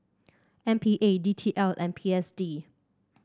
M P A D T L and P S D